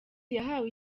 yahawe